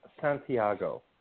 Santiago